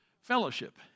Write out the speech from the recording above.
Fellowship